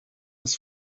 des